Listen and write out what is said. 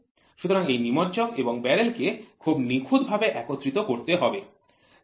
সুতরাং এই নিমজ্জক এবং ব্যারেলকে খুব নিখুঁতভাবে একত্রিত করতে হবে যাতে নিচে থেকে ডিজেল বেড়িয়ে না আসে